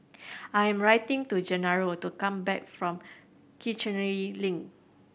I am to Genaro to come back from Kiichener Link